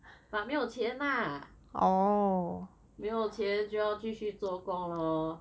but 没有钱 lah 没有钱就要继续做工 lor